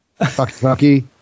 Fucky